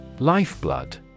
Lifeblood